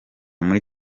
muri